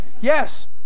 Yes